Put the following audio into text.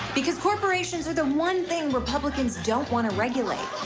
because corporations are the one thing republicans don't wanna regulate.